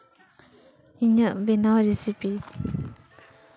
ᱤᱧᱟᱹᱜ ᱵᱮᱱᱟᱣ ᱨᱮᱥᱤᱯᱤ